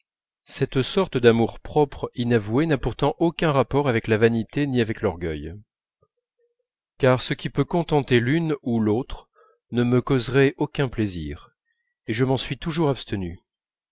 cette sorte d'amour-propre inavoué n'a pourtant aucun rapport avec la vanité ni avec l'orgueil car ce qui peut contenter l'une ou l'autre ne me causerait aucun plaisir et je m'en suis toujours abstenu